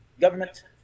government